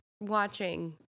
watching